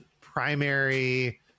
primary